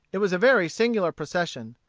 it was a very singular procession,